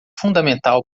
fundamental